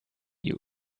you